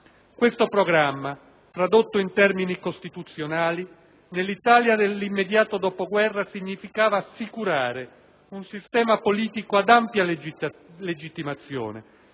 Questo programma, tradotto in termini costituzionali, nell'Italia dell'immediato dopoguerra significava assicurare un sistema politico ad ampia legittimazione